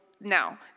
Now